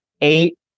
eight